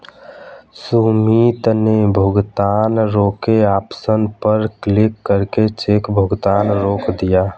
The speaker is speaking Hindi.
सुमित ने भुगतान रोके ऑप्शन पर क्लिक करके चेक भुगतान रोक दिया